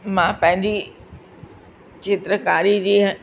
मां पंहिंजी चित्रकारी जी हं